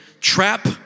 Trap